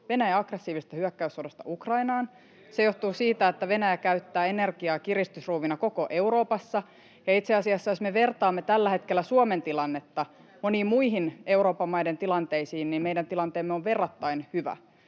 perussuomalaisten ryhmästä] se johtuu siitä, että Venäjä käyttää energiaa kiristysruuvina koko Euroopassa. Ja itse asiassa, jos me vertaamme tällä hetkellä Suomen tilannetta monien muiden Euroopan maiden tilanteisiin, meidän tilanteemme on verrattain hyvä.